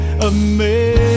amazing